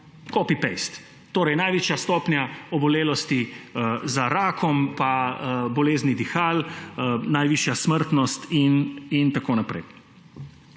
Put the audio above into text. Torej največja stopnja obolelosti za rakom pa bolezni dihal, najvišja smrtnost in tako naprej.